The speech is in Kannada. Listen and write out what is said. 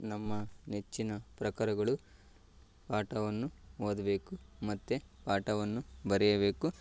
ನಮ್ಮ ನೆಚ್ಚಿನ ಪ್ರಕಾರಗಳು ಪಾಠವನ್ನು ಓದಬೇಕು ಮತ್ತು ಪಾಠವನ್ನು ಬರೆಯಬೇಕು